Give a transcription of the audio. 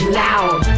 loud